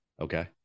Okay